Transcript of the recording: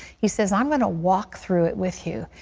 he says, i'm going to walk through it with you.